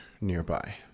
nearby